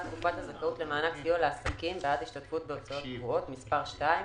תקופת הזכאות למענק סיוע לעסקים בעד השתתפות בהוצאות קבועות) (מס' 2),